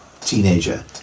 teenager